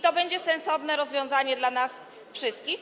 To będzie sensowne rozwiązanie dla nas wszystkich.